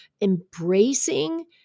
embracing